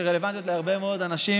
שרלוונטיות להרבה מאוד אנשים,